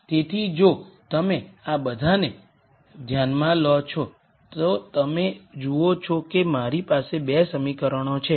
તેથી જો તમે આ બધાને ધ્યાનમાં લો છો તો તમે જુઓ છો કે મારી પાસે 2 સમીકરણો છે